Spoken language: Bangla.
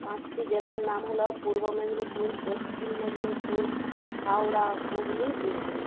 পাঁচটি জেলার নাম হল পূর্ব মেদিনীপুর পশ্চিম মেদিনীপুর হাওড়া হুগলি বীরভূম